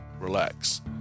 relax